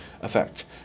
effect